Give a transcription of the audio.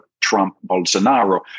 Trump-Bolsonaro